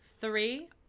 Three